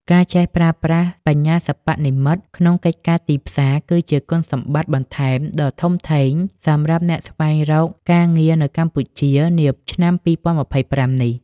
ការចេះប្រើប្រាស់បញ្ញាសិប្បនិម្មិត ក្នុងកិច្ចការទីផ្សារ គឺជាគុណសម្បត្តិបន្ថែមដ៏ធំធេងសម្រាប់អ្នកស្វែងរកការងារនៅកម្ពុជានាឆ្នាំ ២០២៥ នេះ។